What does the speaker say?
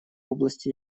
области